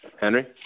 Henry